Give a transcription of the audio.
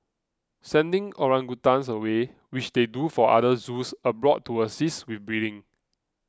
sending orangutans away which they do for other zoos abroad to assist with breeding